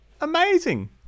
Amazing